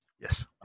Yes